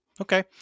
Okay